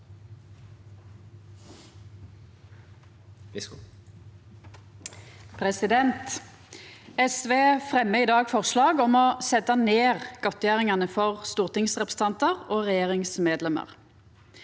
SV fremjar i dag forslag om å setja ned godtgjeringane for stortingsrepresentantar og regjeringsmedlemer.